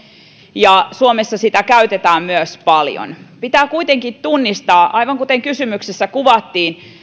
ja suomessa sitä käytetään myös paljon pitää kuitenkin tunnistaa aivan kuten kysymyksessä kuvattiin